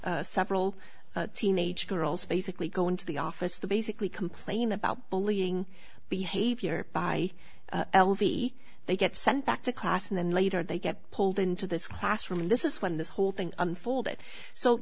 several teenage girls basically go into the office to basically complain about bullying behavior by l v they get sent back to class and then later they get pulled into this classroom and this is when this whole thing unfolded so